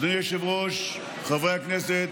אדוני היושב-ראש, חברי הכנסת,